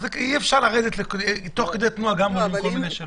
אבל אי אפשר לרדת תוך כדי תנועה לכל מיני שאלות.